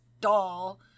doll